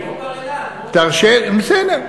בסדר.